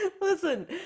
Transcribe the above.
listen